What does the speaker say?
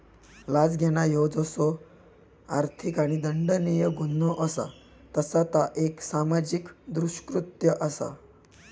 लाच घेणा ह्यो जसो आर्थिक आणि दंडनीय गुन्हो असा तसा ता एक सामाजिक दृष्कृत्य असा